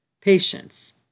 patience